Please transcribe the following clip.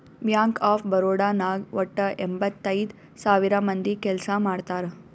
bank of Baroda ನಾಗ್ ವಟ್ಟ ಎಂಭತ್ತೈದ್ ಸಾವಿರ ಮಂದಿ ಕೆಲ್ಸಾ ಮಾಡ್ತಾರ್